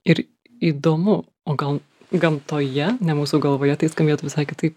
ir įdomu o gal gamtoje ne mūsų galvoje tai skambėtų visai kitaip